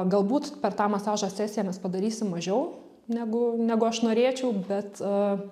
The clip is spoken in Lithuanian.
galbūt per tą masažo sesiją mes padarysim mažiau negu negu aš norėčiau bet